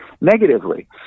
negatively